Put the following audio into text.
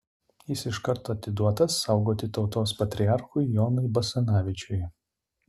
jis iškart atiduotas saugoti tautos patriarchui jonui basanavičiui